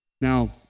Now